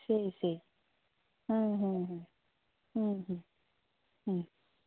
সেই সেই হুম হুম হুম হুম হুম হুম